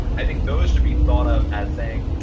i think those should be thought of as saying,